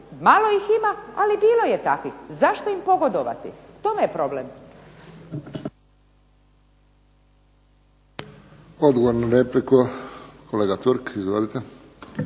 malo ih ima, ali bilo je takvih, zašto im pogodovati. U tome je problem.